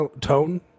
tone